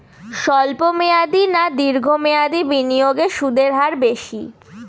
স্বল্প মেয়াদী না দীর্ঘ মেয়াদী বিনিয়োগে সুদের হার বেশী?